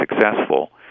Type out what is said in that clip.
successful